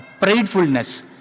pridefulness